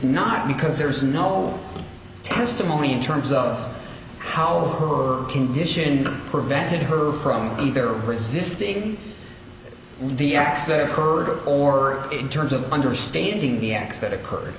not because there is no testimony in terms of how her condition prevented her from either resisting the acts that occurred or in terms of understanding the acts that occurred